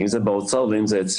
אם זה באוצר ואם זה אצלנו,